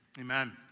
amen